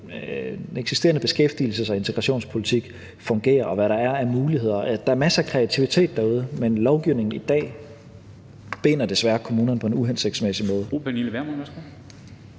eksisterende beskæftigelses- og integrationspolitik fungerer, og hvad der er af muligheder. Der er masser af kreativitet derude, men lovgivningen i dag binder desværre kommunerne på en uhensigtsmæssig måde.